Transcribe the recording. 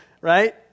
right